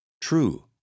True